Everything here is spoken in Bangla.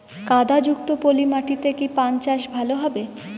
কাদা যুক্ত পলি মাটিতে কি পান চাষ ভালো হবে?